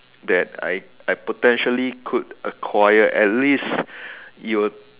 that I I potentially could acquire at least you will